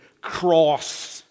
cross